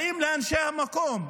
באים לאנשי המקום,